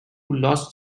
lost